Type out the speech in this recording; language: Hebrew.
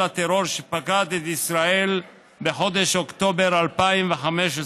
הטרור שפקד את ישראל בחודש אוקטובר 2015,